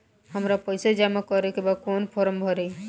हमरा पइसा जमा करेके बा कवन फारम भरी?